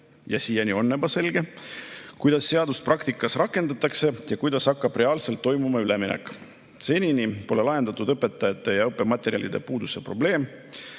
ja siiani on tõesti ebaselge –, kuidas seadust praktikas rakendatakse ja kuidas hakkab üleminek reaalselt toimuma. Senini pole lahendatud õpetajate ja õppematerjalide puuduse probleemi.